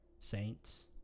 Saints